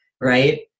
right